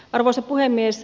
arvoisa puhemies